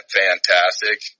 fantastic